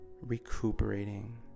recuperating